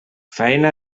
faena